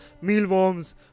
mealworms